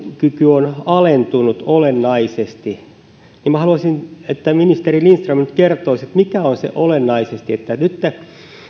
on alentunut olennaisesti ja haluaisin että ministeri lindström nyt kertoisi että mitä on se olennaisesti että nytten